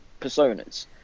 personas